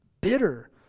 bitter